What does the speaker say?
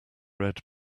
red